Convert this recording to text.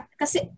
kasi